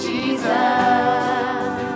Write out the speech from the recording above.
Jesus